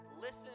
listen